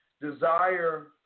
desire